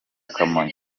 kamonyi